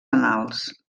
anals